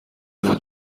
های